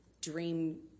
dream